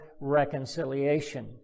reconciliation